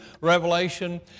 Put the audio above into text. Revelation